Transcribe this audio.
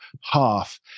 half